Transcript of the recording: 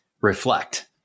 reflect